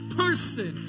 person